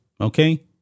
Okay